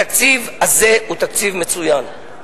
התקציב הזה הוא תקציב מצוין.